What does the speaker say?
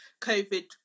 covid